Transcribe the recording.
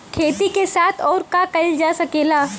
खेती के साथ अउर का कइल जा सकेला?